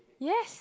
yes